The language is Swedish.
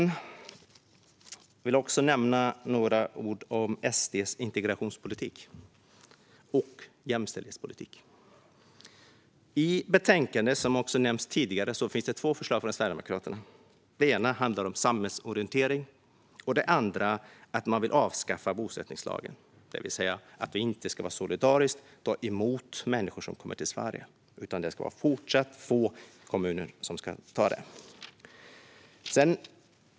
Jag vill också säga några ord om SD:s integrationspolitik och jämställdhetspolitik. I betänkandet, som också har nämnts tidigare, finns två förslag från Sverigedemokraterna. Det ena förslaget handlar om samhällsorientering. Det andra förslaget handlar om att avskaffa bosättningslagen, det vill säga att vi inte solidariskt ska ta emot människor som kommer till Sverige utan att det även i fortsättningen ska vara några få kommuner som tar det ansvaret.